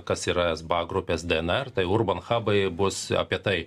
kas yra sba grupės dnr tai urbanhabai bus apie tai